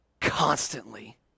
constantly